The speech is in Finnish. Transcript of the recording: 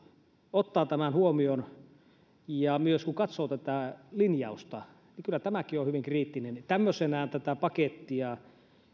ottaa tämän huomioon ja kun katsoo tätä linjausta niin kyllä tämäkin on hyvin kriittinen tämmöisenään tätä pakettia